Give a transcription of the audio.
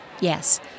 Yes